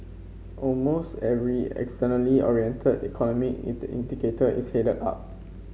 almost every externally oriented economy it indicator is head up